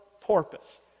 porpoise